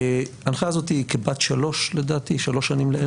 ההנחיה הזאת היא כבת שלוש שנים לערך.